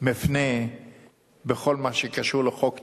מפנה בכל מה שקשור לחוק טל,